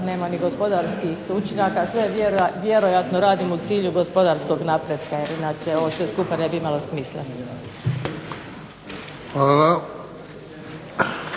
nema ni gospodarskih učinaka, a sve vjerojatno radimo u cilju gospodarskog napretka, jer inače ovo sve skupa ne bi imalo smisla.